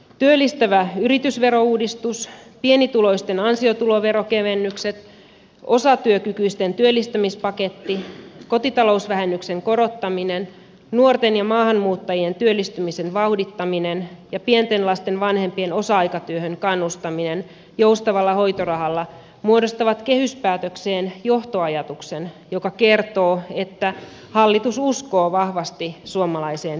työllistävä yritysverouudistus pienituloisten ansiotuloveronkevennykset osatyökykyisten työllistämispaketti kotitalousvähennyksen korottaminen nuorten ja maahanmuuttajien työllistymisen vauhdittaminen ja pienten lasten vanhempien osa aikatyöhön kannustaminen joustavalla hoitorahalla muodostavat kehyspäätökseen johtoajatuksen joka kertoo että hallitus uskoo vahvasti suomalaiseen työhön